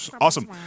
Awesome